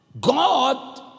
God